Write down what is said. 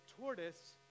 tortoise